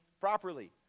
properly